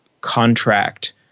contract